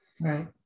right